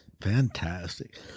Fantastic